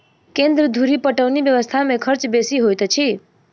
केन्द्र धुरि पटौनी व्यवस्था मे खर्च बेसी होइत अछि